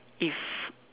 if